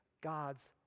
God's